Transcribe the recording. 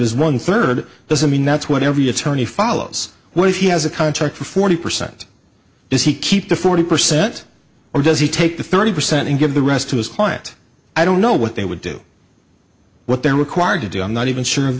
is one third doesn't mean that's what every attorney follows where he has a contract for forty percent does he keep the forty percent or does he take the thirty percent and give the rest to his client i don't know what they would do what they're required to do i'm not even sure of